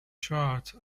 charred